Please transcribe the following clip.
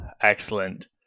excellent